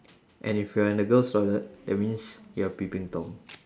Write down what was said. and if you're in the girls toilet that means you're peeping tom